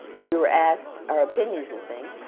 we were asked our opinions of things.